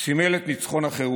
הוא סימל את ניצחון החירות.